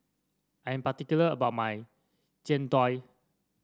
I am particular about my Jian Dui